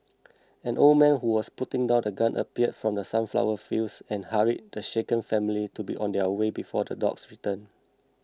an old man who was putting down his gun appeared from the sunflower fields and hurried the shaken family to be on their way before the dogs return